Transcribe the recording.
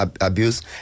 abuse